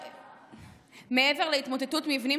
מעבר להתמוטטות מבנים,